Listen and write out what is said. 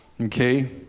Okay